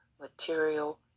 material